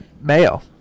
Mayo